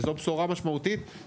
וזאת בשורה משמעותית.